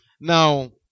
Now